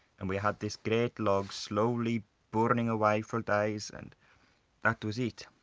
and we had this great log slowly burning away for days. and that was it,